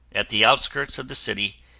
at the outskirts of the city,